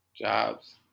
Jobs